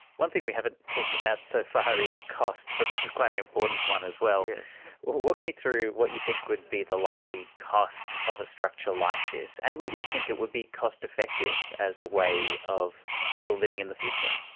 one thing we haven't talked about so far is cost, but this is quite an important one as well. walk me through what you think would be the likely cost of a structure like this and whether you think it would be cost-effective as a way of people living in the future.